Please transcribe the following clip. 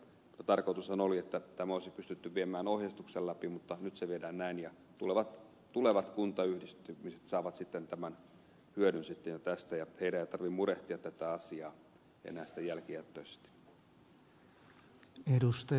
tarkoitushan oli että tämä olisi pystytty viemään ohjeistuksena läpi mutta nyt se viedään näin ja tulevat kuntayhdistymiset saavat sitten tämän hyödyn jo tästä ja heidän ei tarvitse murehtia tätä asiaa enää sitten jälkijättöisesti